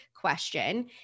question